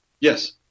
Yes